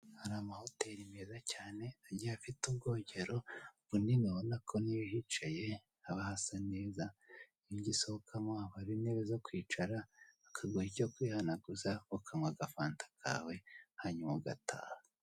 Hari amahoteri meza cyane agiye afite ubwogero bunini ubona ko niyo uhicaye haba hasa neza, iyo ugisohokamo haba hari inebe zo kwicara baguha icyo kwihanaguza ukanywa agafanta kawe hanyuma ugataha.